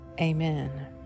Amen